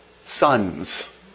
sons